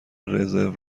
رزرو